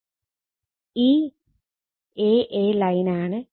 ഈ a A ലൈനാണ്